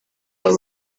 abo